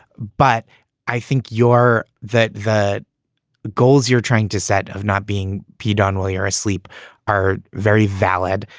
but i think your that that goals you're trying to set of not being peed on while you're asleep are very valid.